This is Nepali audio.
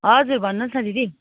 हजुर भन्नुहोस् न दिदी